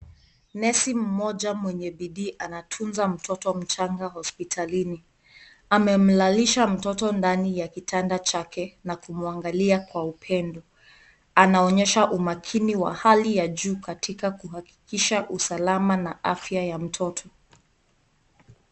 Nesi mmoja, mwenye bidii anamtunza mtoto mmoja hospitalini. Amemzalisha mtoto ndani ya kitanda chake na kumwangalia kwa upendo. Anaonyesha umakini wa hali ya juu katika kuhakikisha usalama na afya ya mtoto.